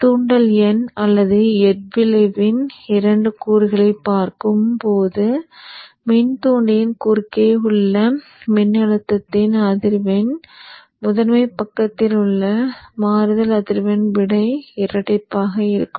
தூண்டல் எண் அல்லது எட் விளைவின் 2 கூறுகளை பார்க்கும் மின்தூண்டியின் குறுக்கே உள்ள மின்னழுத்தத்தின் அதிர்வெண் முதன்மை பக்கத்தில் உள்ள மாறுதல் அதிர்வெண்ணை விட இரட்டிப்பாக இருக்கும்